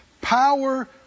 power